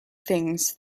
things